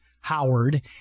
Howard